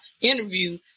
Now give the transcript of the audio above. interview